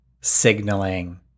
signaling